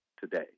today